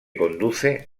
conduce